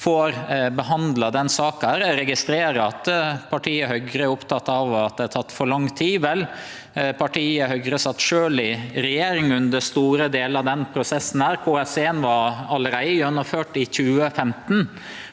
no får behandla denne saka. Eg registrerer at partiet Høgre er oppteke av at det har teke for lang tid. Partiet Høgre satt sjølv i regjering under store delar av denne prosessen. KS1 var allereie gjennomført i 2015,